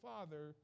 Father